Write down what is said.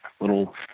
little